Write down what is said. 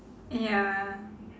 ya